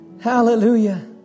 Hallelujah